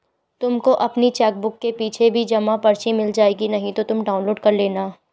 तुमको अपनी चेकबुक के पीछे भी जमा पर्ची मिल जाएगी नहीं तो तुम डाउनलोड कर लेना